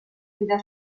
weder